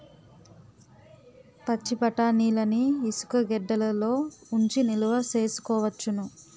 పచ్చిబఠాణీలని ఇసుగెడ్డలలో ఉంచి నిలవ సేసుకోవచ్చును